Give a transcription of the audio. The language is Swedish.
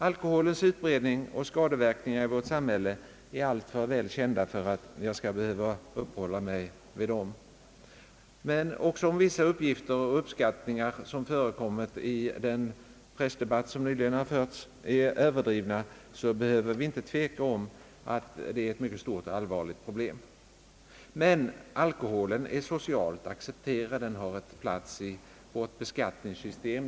Alkoholens utbredning och skadeverkningar i vårt samhälle är alltför väl kända för att jag skall behöva uppehålla mig vid dem. Även om vissa uppgifter och uppskattningar som förekommit i den nyligen förda pressdebatten är överdrivna, behöver vi inte tveka om att det är ett mycket stort och allvarligt problem. Men alkoholen är socialt accepterad, den har en plats i vårt beskattningssystem.